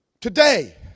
Today